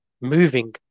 moving